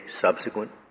subsequent